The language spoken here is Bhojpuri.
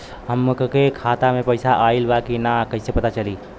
हमरे खाता में पैसा ऑइल बा कि ना कैसे पता चली?